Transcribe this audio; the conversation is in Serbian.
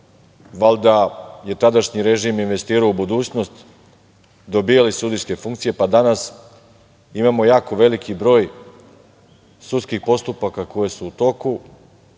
valjda je tadašnji režim investirao u budućnost, dobijali sudijske funkcije, pa danas imamo jako veliki broj sudskih postupaka koji su u toku,